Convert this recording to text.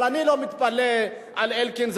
אבל אני לא מתפלא על אלקין.